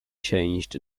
changed